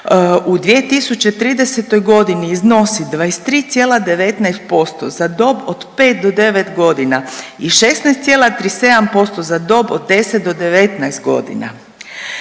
u 2030.g. iznosit 23,19% za dob od 5 do 9.g. i 16,37% za dob od 10 do 19.g..